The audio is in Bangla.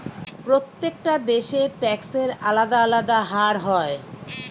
প্রত্যেকটা দেশে ট্যাক্সের আলদা আলদা হার হয়